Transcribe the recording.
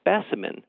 specimen